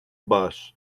bus